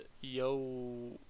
yo